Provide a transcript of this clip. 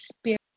spirit